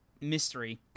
mystery